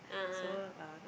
a'ah